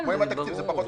ברור.